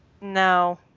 No